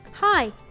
Hi